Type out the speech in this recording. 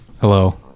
hello